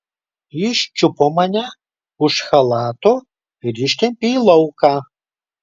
jis čiupo mane už chalato ir ištempė į lauką